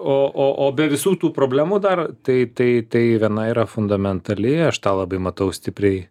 o o o be visų tų problemų dar tai tai tai viena yra fundamentali aš tą labai matau stipriai